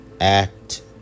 Act